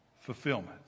fulfillment